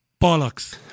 Bollocks